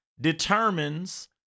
determines